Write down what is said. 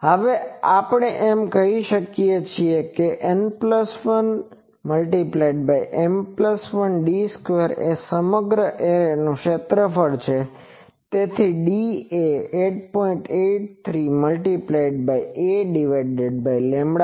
હવે આપણે એમ કહી શકીએ કે N1M1d2 એ સમગ્ર એરેનુ ક્ષેત્રફળ છે તેથી D એ 8